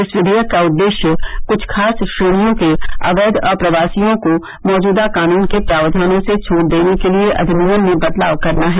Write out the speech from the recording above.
इस विघेयक का उदेश्य कुछ खास श्रेणियों के अवैध आप्रवासियों को मौजूदा कानून के प्रावधानों से छूट देने के लिए अधिनियम में बदलाव करना है